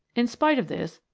in spite of this,